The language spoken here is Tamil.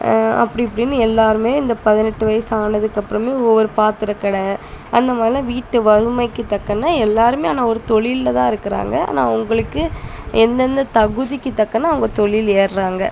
அப்படி இப்படினு எல்லாருமே இந்த பதினெட்டு வயசு ஆனதுக்கு அப்புறமே ஒவ்வொரு பாத்திர கட அந்தமாதிரிலாம் வீட்டு வறுமைக்கு தக்கன எல்லாருமே ஆனால் ஒரு தொழில்ல தான் இருக்கிறாங்க ஆனால் அவங்களுக்கு எந்தெந்த தகுதிக்கு தக்கன அவங்க தொழில் ஏற்றாங்கள்